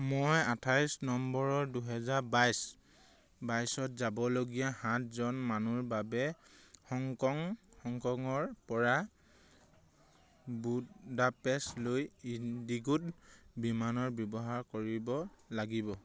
মই আঠাইছ নৱেম্বৰ দুহেজাৰ বাইছ বাইছত যাবলগীয়া সাতজন মানুহ বাবে হংকং হংকং ৰপৰা বুদাপেষ্টলৈ ইণ্ডিগো বিমানৰ ব্যৱহাৰ কৰিব লাগিব